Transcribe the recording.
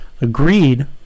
agreed